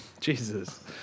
Jesus